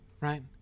Right